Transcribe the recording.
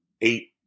eight